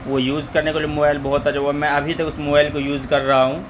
وہ یوز کرنے کے لیے موبائل بہت اچھا میں ابھی تک اس موبائل کو یوز کر رہا ہوں